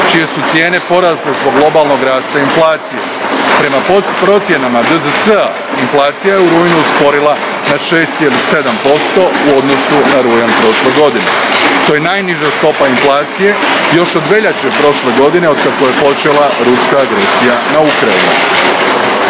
čije su cijene porasle zbog globalnog rasta inflacije. Prema procjenama DZS-a inflacija je u rujnu usporila na 6,7% u odnosu na rujan prošle godine. To je najniža stopa inflacije još od veljače prošle godine, otkako je počela ruska agresija na Ukrajinu.